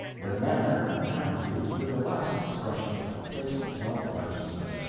their manner and attitudes were the last expression of complacent self-righteousness.